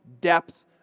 depth